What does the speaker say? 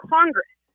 Congress